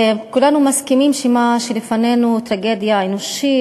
כולנו מסכימים שמה שלפנינו הוא טרגדיה אנושית,